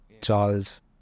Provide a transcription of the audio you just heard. Charles